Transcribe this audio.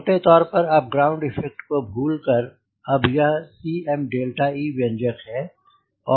मोटे तौर पर ग्राउंड इफ़ेक्ट को भूल कर अब यह Cme व्यंजक है